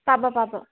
পাব পাব